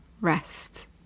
rest